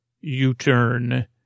U-turn